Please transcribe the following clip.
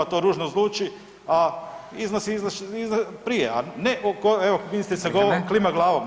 To ružno zvuči, a iznosi … [[ne razumije se]] prije, a ne evo ministrica klima glavom.